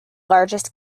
largest